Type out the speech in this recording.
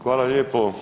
Hvala lijepo.